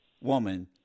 woman